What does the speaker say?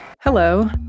Hello